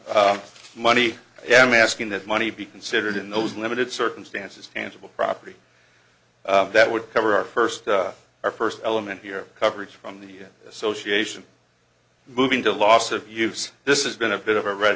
think money yeah i'm asking that money be considered in those limited circumstances tangible property that would cover our first or first element here coverage from the association moving to loss of use this is been a bit of a red